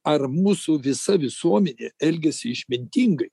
ar mūsų visa visuomenė elgiasi išmintingai